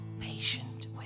patient